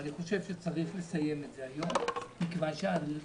אני חושב שצריך לסיים את זה היום מכיוון שלפתחנו